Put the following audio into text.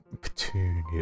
Petunia